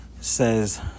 says